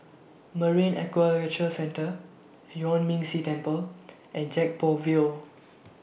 Marine Aquaculture Centre Yuan Ming Si Temple and Gek Poh Ville